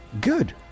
good